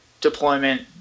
deployment